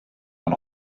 von